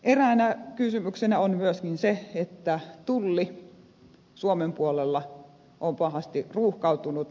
eräänä kysymyksenä on myöskin se että tulli suomen puolella on pahasti ruuhkautunut